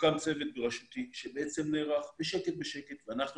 הוקם צוות בראשותי שבעצם נערך בשקט בשקט ואנחנו